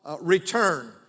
return